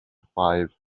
five